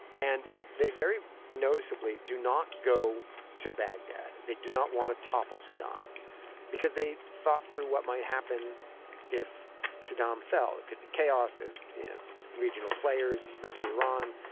and they very noticeably do not go to baghdad. they do not want to topple saddam because they thought through what might happen if saddam fell. it could be chaos. the and regional players, especially iran,